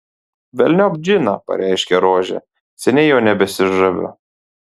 velniop džiną pareiškė rožė seniai juo nebesižaviu